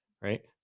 right